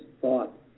thought